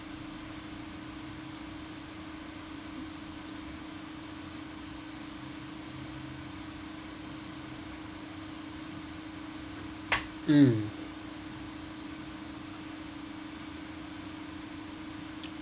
mm